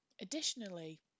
additionally